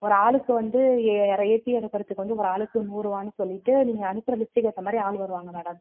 ஒரு ஆளுக்கு வந்து இற ஏற்றி இறக்குறதுக்கு வந்து ஒரு ஆளுக்கு நூறுவான்னு சொல்லிவிட்டு நீங்கள் அனுப்பகிற லிஸ்ட்டுக்கேற்ற மாதிரி ஆள் வருவாங்க மேடம்